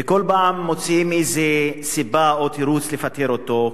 וכל פעם מוצאים סיבה או תירוץ לבקר אותו,